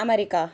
America